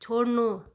छोड्नु